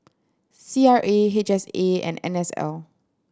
C R A H S A and N S L